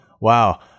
wow